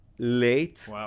late